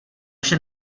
vše